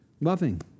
loving